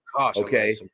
Okay